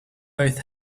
both